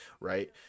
right